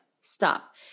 Stop